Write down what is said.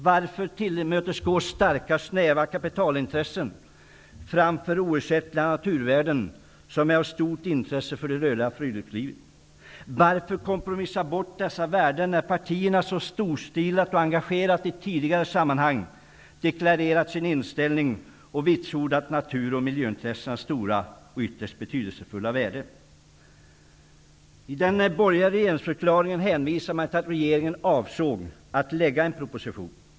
Varför tillmötesgå starka snäva kapitalintressen framför oersättliga naturvärden som är av stort intresse för det rörliga friluftslivet? Varför kompromissa bort dessa värden när partierna så storstilat och engagerat i tidigare sammanhang deklarerat sin inställning och vitsordat natur och miljöintressenas stora och ytterst betydelsefulla värde? I den borgerliga regeringsförklaringen hänvisade man till att regeringen avsåg att lägga fram en proposition.